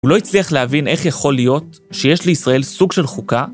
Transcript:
הוא לא הצליח להבין איך יכול להיות שיש לישראל סוג של חוקה